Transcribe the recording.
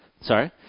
sorry